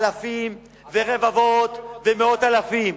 אלפים ורבבות ומאות אלפים.